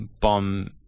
bomb